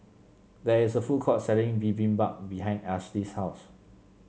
there is a food court selling Bibimbap behind Ashli's house